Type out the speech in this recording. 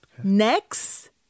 next